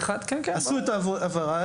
עשו את ההעברה,